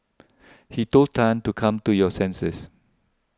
he told Tan to come to your senses